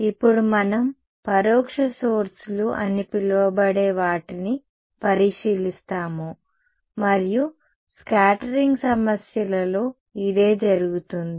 ఇప్పుడు మనం పరోక్ష సోర్స్ లు అని పిలవబడే వాటిని పరిశీలిస్తాము మరియు స్కాటరింగ్ సమస్యలలో ఇదే జరుగుతుంది